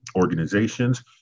organizations